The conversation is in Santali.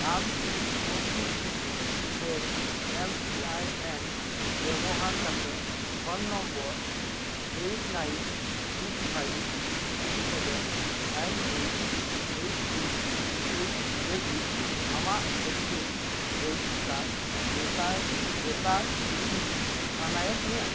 ᱟᱢᱠᱤ ᱳ ᱴᱤ ᱯᱤ ᱥᱮ ᱮᱢ ᱯᱤ ᱟᱭ ᱮᱱ ᱵᱮᱵᱚᱦᱟᱨ ᱠᱟᱛᱮᱫ phone number eight nine six five three seven nine eight eight two eight ᱞᱟᱹᱜᱤᱫ ᱟᱢᱟᱜ ᱵᱷᱮᱠᱥᱤᱱ ᱨᱮᱡᱤᱥᱴᱟᱨ ᱞᱮᱛᱟᱲ ᱞᱮᱛᱟᱲ ᱤᱫᱤ ᱥᱟᱱᱟᱭᱮᱛ ᱢᱮᱭᱟ